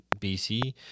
BC